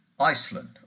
Iceland